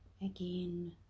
Again